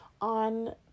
on